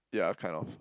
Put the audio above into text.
yeah kind of